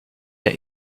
der